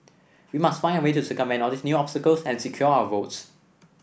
we must find a way to circumvent all these new obstacles and secure our votes